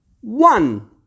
One